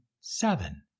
seven